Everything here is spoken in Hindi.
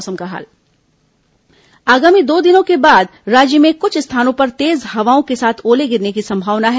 मौसम आगामी दो दिनों के बाद राज्य में कुछ स्थानों पर तेज हवाओं के साथ ओले गिरने की संभावना है